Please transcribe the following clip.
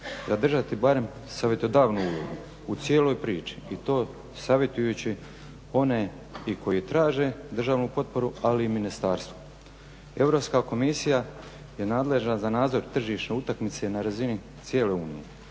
zadržati barem savjetodavnu ulogu u cijeloj priči. I to savjetujući one i koji traže državnu potporu ali i ministarstvo. Europska komisija je nadležna za nadzor tržišne utakmice na razini cijele unije.